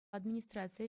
администрацийӗ